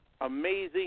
amazing